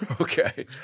Okay